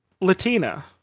Latina